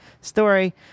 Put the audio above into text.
story